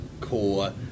core